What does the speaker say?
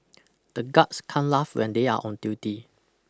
the guards can't laugh when they are on duty